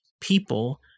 people